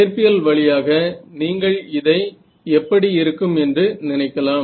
இயற்பியல் வழியாக நீங்கள் இதை எப்படி இருக்கும் என்று நினைக்கலாம்